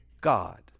God